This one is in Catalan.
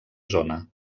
zona